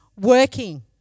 working